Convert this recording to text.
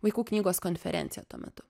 vaikų knygos konferencija tuo metu